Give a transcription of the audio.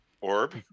Orb